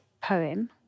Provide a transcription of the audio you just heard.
poem